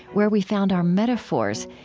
where we found our metaphors,